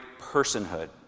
personhood